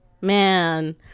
Man